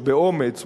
באומץ,